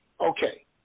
Okay